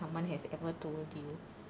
someone has ever told you